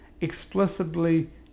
explicitly